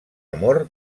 amor